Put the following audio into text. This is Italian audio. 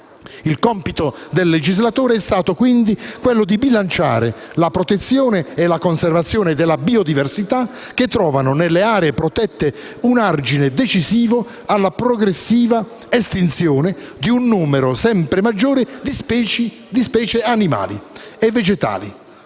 Il compito del legislatore è stato, quindi, quello di bilanciare la protezione e la conservazione delle biodiversità, che trovano nelle aree protette un argine decisivo alla progressiva estinzione di un numero sempre maggiore di specie animali e vegetali,